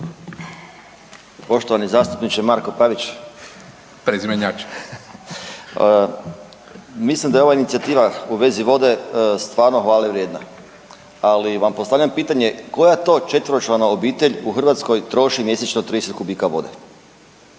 Poštovani zastupniče Marko Pavić. .../Upadica: Prezimenjače./... Mislim da je ova inicijativa u vezi vode stvarno hvale vrijedna, ali vam postavljam pitanje, koja to četveročlana obitelj u Hrvatskoj troši mjesečno 300 kubika vode?